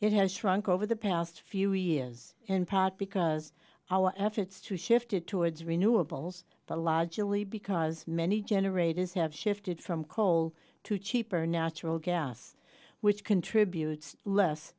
it has shrunk over the past few years in part because our efforts to shifted towards renewables the largely because many generators have shifted from coal to cheaper natural gas which contributes less